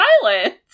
silent